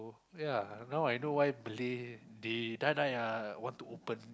ya now I know why Malay they die die ah want to open